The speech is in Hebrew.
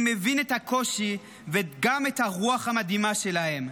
אני מבין את הקושי וגם את הרוח המדהימה שלהם.